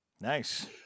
Nice